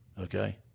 okay